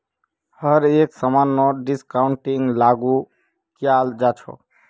हर एक समानत डिस्काउंटिंगक लागू कियाल जा छ